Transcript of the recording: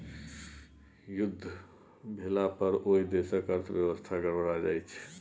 युद्ध भेलापर ओहि देशक अर्थव्यवस्था गड़बड़ा जाइत छै